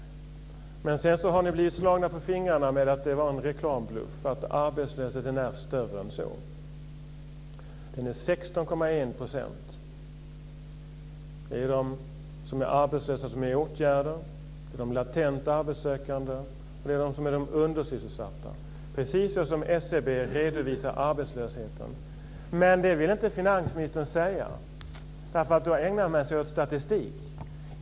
Men sedan har man blivit slagen på fingrarna. Det var en reklambluff, och arbetslösheten är större än så. Den är 16,1 %, om man räknar in de arbetslösa som är i åtgärder, latent arbetssökande och undersysselsatta. På detta sätt redovisar SCB arbetslösheten, men det vill finansministern inte gå in på, för då ägnar man sig åt statistik.